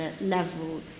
level